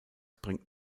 bringt